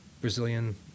Brazilian